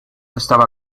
estaba